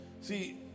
see